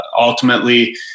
Ultimately